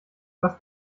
was